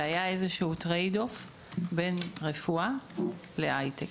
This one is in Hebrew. והיה איזשהו טרייד-אוף בין רפואה להייטק.